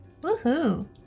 Woohoo